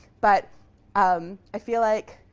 but um i feel like